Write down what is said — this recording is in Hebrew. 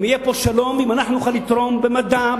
אם יהיה פה שלום ואנחנו נוכל לתרום במדע,